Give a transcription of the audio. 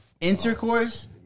intercourse